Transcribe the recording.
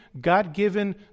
God-given